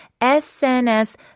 SNS